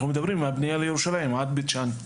אנחנו מדברים מהפניה לירושלים עד בית שאן.